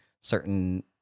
certain